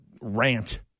rant